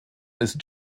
ist